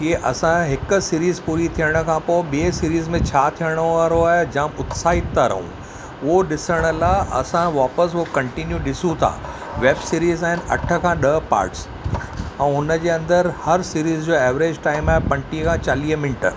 की असां हिकु सीरीज़ पूरी थियण खां पोइ ॿिए सीरीज़ में छा थियणो वारो आहे जाम उत्साहितु थी रहूं हो ॾिसण लाइ असां वापिसि हो कंटिन्यू ॾिसूं था वेब सीरीज़ आहिनि अठ खां ॾह पार्टस ऐं हुनजे अंदरि हर सीरीज़ जो एवरेज टाइम आहे पंटीह खां चालीह मिंट